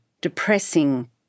depressing